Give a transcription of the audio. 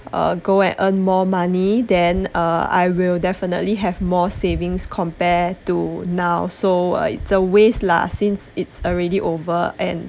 uh go and earn more money then uh I will definitely have more savings compared to now so it's a waste lah since it already over and